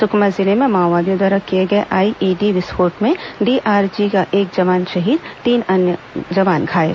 सुकमा जिले में माओवादिया द्वारा किए गए आईईडी विस्फोट में डीआरजी का एक जवान शहीद तीन अन्य जवान घायल